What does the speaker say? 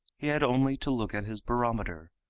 he had only to look at his barometer,